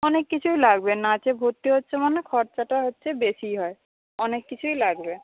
অনেক কিছুই লাগবে নাচে ভর্তি হচ্ছ মানে খরচাটা হচ্ছে বেশি হয় অনেক কিছুই লাগবে